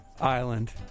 island